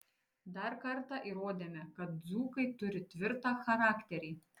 dar kartą įrodėme kad dzūkai turi tvirtą charakterį